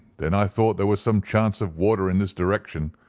then i thought there was some chance of water in this direction,